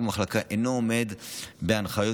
2023. תודה רבה לחבר הכנסת קרויזר.